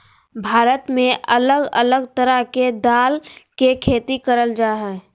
भारत में अलग अलग तरह के दाल के खेती करल जा हय